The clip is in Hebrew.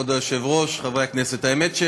כבוד היושב-ראש, חברי הכנסת, האמת היא